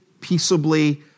peaceably